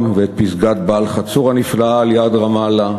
ואת פסגת בעל-חצור הנפלאה על-יד רמאללה.